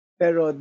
pero